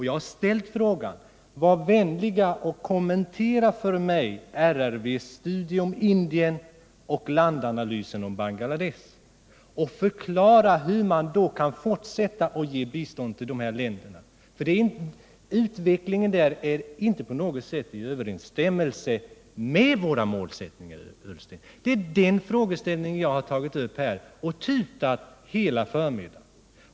Jag har sagt: Var vänlig och kommentera för mig RRV:s studium av Indien och landanalysen från Bangladesh och förklara hur man kan fortsätta att ge bistånd till dessa länder! Utvecklingen där är inte på något sätt i överensstämmelse med våra målsättningar, Ola Ullsten! Det är den saken jag har tagit upp och tutat om hela förmiddagen.